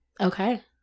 Okay